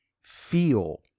feel